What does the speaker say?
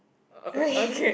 oh okay